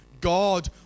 God